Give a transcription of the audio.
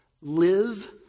live